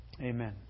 Amen